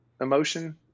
emotion